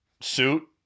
suit